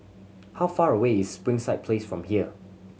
how far away is Springside Place from here